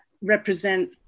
represent